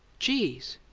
jeez'!